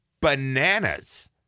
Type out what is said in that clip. bananas